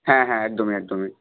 হ্যাঁ হ্যাঁ একদমই একদমই